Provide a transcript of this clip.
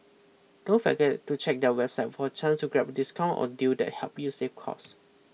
don't forget to check their website for a chance to grab discount or deal that helps you save cost